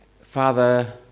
Father